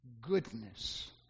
goodness